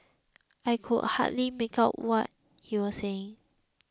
I could hardly make out what he was saying